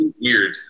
Weird